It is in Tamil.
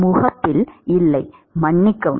முகப்பில் இல்லை மன்னிக்கவும்